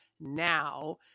now